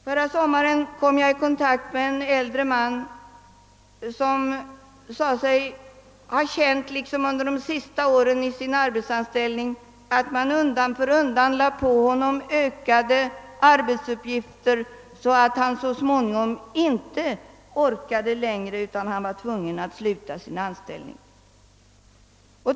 Förra sommaren kom jag i kontakt med en äldre man som under de senaste åren i sin anställning tyckte sig ha känt att han undan för undan pålades ökade arbetsuppgifter, så att han så småningom inte längre orkade utan var tvungen att sluta anställningen.